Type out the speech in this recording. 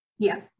Yes